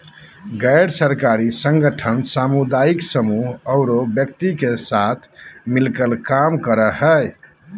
गैर सरकारी संगठन सामुदायिक समूह औरो व्यक्ति के साथ मिलकर काम करो हइ